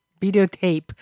Videotape